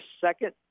second